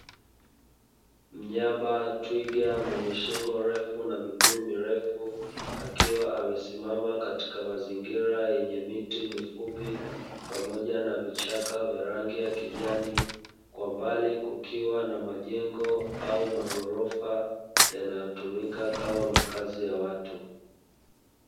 Mnyama twiga mwenye shingo refu na miguu mirefu akiwa amesimama katika mazingira yenye miti mifupi pamoja na vichaka vya rangi ya kijani, kwa mbali kukiwa na majengo au maghorofa yanayotumika kama makazi ya watu.